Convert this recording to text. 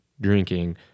drinking